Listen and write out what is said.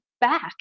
back